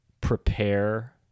prepare